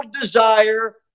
desire